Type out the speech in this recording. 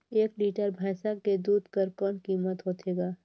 एक लीटर भैंसा के दूध कर कौन कीमत होथे ग?